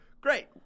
great